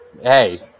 hey